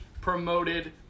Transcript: promoted